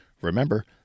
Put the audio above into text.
remember